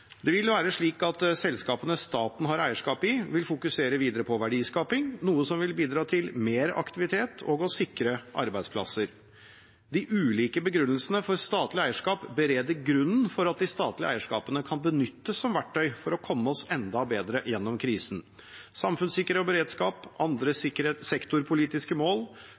Det vil være slik at selskapene staten har eierskap i, vil fokusere videre på verdiskaping, noe som vil bidra til mer aktivitet og til å sikre arbeidsplasser. De ulike begrunnelsene for statlig eierskap bereder grunnen for at de statlige eierskapene kan benyttes som verktøy for å komme oss enda bedre gjennom krisen. Samfunnssikkerhet og beredskap, andre sektorpolitiske mål,